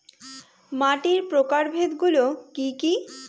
মাটির প্রকারভেদ গুলো কি কী?